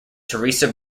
teresa